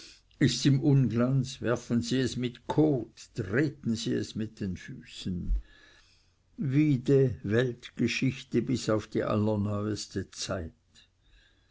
ists im unglanz werfen sie es mit kot treten sie es mit füßen vide weltgeschichte bis auf die allerneuste zeit